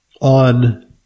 on